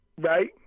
Right